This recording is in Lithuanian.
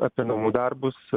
apie namų darbus